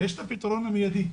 ויש את הפתרון המיידי.